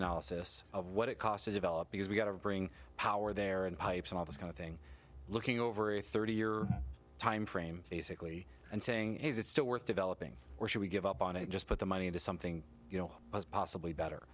analysis of what it cost to develop because we got to bring power there and pipes and all this kind of thing looking over a thirty year time frame basically and saying is it still worth developing or should we give up on it just put the money into something you know possibly better